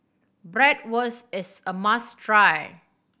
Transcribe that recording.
bratwurst is a must try